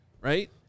right